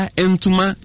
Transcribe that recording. entuma